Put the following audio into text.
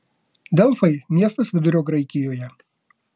delfai miestas vidurio graikijoje